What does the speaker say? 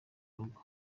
rugo